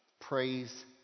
Praise